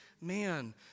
man